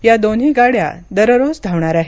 या दोन्ही गाड्या दररोज धावणार आहेत